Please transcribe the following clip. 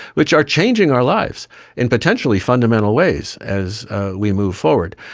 which are changing our lives in potentially fundamental ways as we move forward.